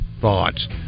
thoughts